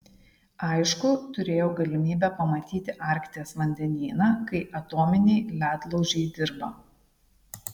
aišku turėjau galimybę pamatyti arkties vandenyną kai atominiai ledlaužiai dirba